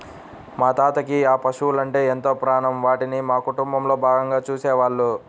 మా తాతకి ఆ పశువలంటే ఎంతో ప్రాణం, వాటిని మా కుటుంబంలో భాగంగా చూసేవాళ్ళు